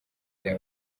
bya